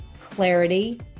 clarity